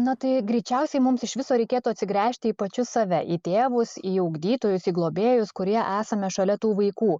na tai greičiausiai mums iš viso reikėtų atsigręžti į pačius save į tėvus į ugdytojus į globėjus kurie esame šalia tų vaikų